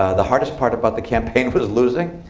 ah the hardest part about the campaign was losing.